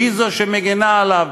שהיא זו שמגינה עליו,